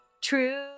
true